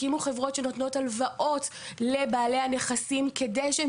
הקימו חברות שנותנות הלוואות לבעלי הנכסים כדי שהם